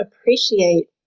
appreciate